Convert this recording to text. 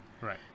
Right